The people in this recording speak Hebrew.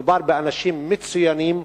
מדובר באנשים מצוינים,